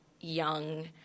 young